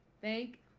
thank